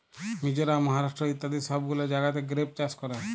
মিজরাম, মহারাষ্ট্র ইত্যাদি সব গুলা জাগাতে গ্রেপ চাষ ক্যরে